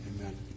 amen